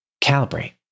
calibrate